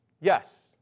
Yes